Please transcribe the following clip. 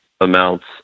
amounts